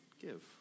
give